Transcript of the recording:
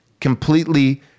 completely